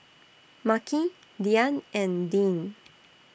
Makhi Diann and Deane